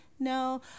No